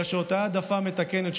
אלא שאותה העדפה מתקנת,